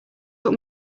what